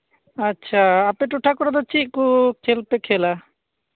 ᱟᱪᱪᱷᱟ ᱟᱯᱮ ᱴᱚᱴᱷᱟ ᱠᱚᱨᱮᱫᱚ ᱪᱮᱫ ᱠᱚ ᱠᱷᱮᱞ ᱯᱮ ᱠᱷᱮᱞᱟ